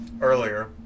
earlier